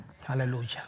Hallelujah